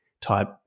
type